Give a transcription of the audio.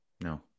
No